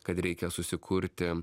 kad reikia susikurti